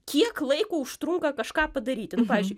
kiek laiko užtrunka kažką padaryti nu pavyzdžiui